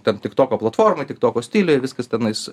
ten tiktoko platformoj tiktoko stiliuj viskas tenais